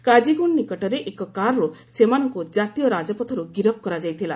କାଜିଗୁଣ୍ଡ୍ ନିକଟରେ ଏକ କାର୍ରୁ ସେମାନଙ୍କୁ କାତୀୟ ରାଜପଥରୁ ଗିରଫ କରାଯାଇଥିଲା